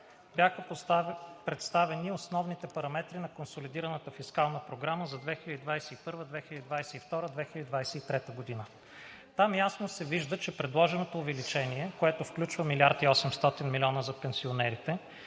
бяха представени основните параметри на Консолидираната фискална програма за 2021 – 2022 – 2023 г. Там ясно се вижда, че предложеното увеличение, което включва 1 млрд. 800 млн. лв. за пенсионерите,